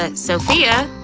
ah sophia?